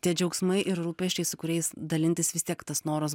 tie džiaugsmai ir rūpesčiai su kuriais dalintis vis tiek tas noras